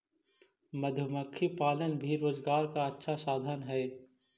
मधुमक्खी पालन भी रोजगार का अच्छा साधन हई